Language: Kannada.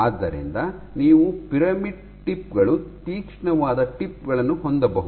ಆದ್ದರಿಂದ ನೀವು ಪಿರಮಿಡ್ ಟಿಪ್ ಗಳು ತೀಕ್ಷ್ಣವಾದ ಟಿಪ್ ಗಳನ್ನು ಹೊಂದಬಹುದು